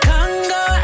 Congo